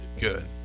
good